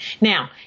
Now